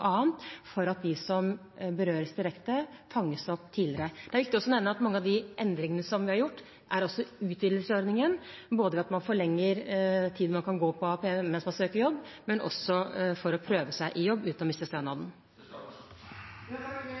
annet, for at de som berøres direkte, fanges opp tidligere. Det er viktig også å nevne at mange av de endringene som vi har gjort, også er en utvidelse av ordningen, ved at man forlenger tiden man kan gå på AAP både mens man søker jobb, og mens man prøver seg i jobb – uten å miste stønaden.